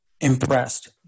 impressed